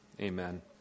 Amen